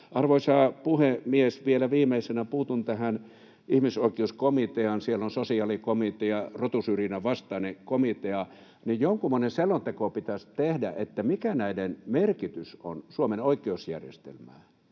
Arvoisa puhemies! Vielä viimeisenä puutun tähän ihmisoikeuskomiteaan. Siellä on sosiaalikomitea, rotusyrjinnän vastainen komitea. Jonkunmoinen selonteko pitäisi tehdä siitä, mikä näiden merkitys on Suomen oikeusjärjestelmässä.